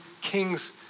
king's